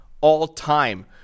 all-time